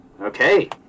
Okay